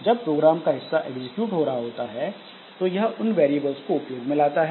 जब प्रोग्राम का हिस्सा एग्जीक्यूट हो रहा होता है तो यह इन वेरिएबल्स को उपयोग में लाता है